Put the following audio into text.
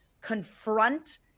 confront